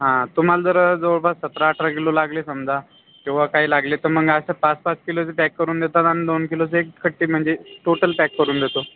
हा तुम्हाला जर जवळपास सतरा अठरा किलो लागले समजा किंवा काही लागले तर मग असं पाच पाच किलोचं पॅक करून देतात आणि दोन किलोचे एक कट्टे म्हणजे टोटल पॅक करून देतो